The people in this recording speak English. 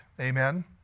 Amen